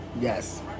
yes